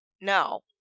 no